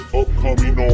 upcoming